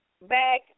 Back